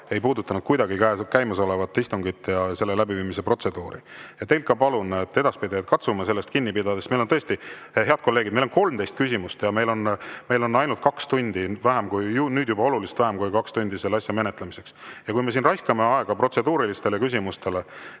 ei puudutanud kuidagi käimasolevat istungit ja selle läbiviimise protseduuri. Teilt ka palun, et edaspidi katsume sellest kinni pidada. Meil on tõesti, head kolleegid, 13 küsimust ja meil on ainult kaks tundi, nüüd juba oluliselt vähem kui kaks tundi nende menetlemiseks. Kui me raiskame aega protseduurilistele küsimustele,